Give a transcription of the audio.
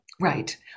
Right